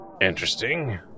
interesting